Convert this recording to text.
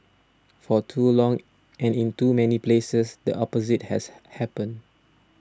for too long and in too many places the opposite has happened